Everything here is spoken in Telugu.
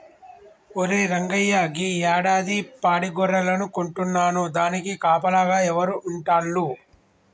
ఒరే రంగయ్య గీ యాడాది పాడి గొర్రెలను కొంటున్నాను దానికి కాపలాగా ఎవరు ఉంటాల్లు